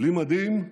בלי מדים,